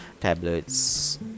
tablets